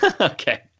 Okay